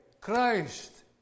Christ